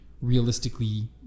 realistically